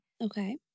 Okay